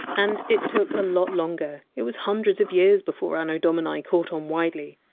and it took a lot longer it was hundreds of years before anno domini caught on widely.